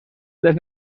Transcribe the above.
les